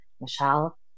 Michelle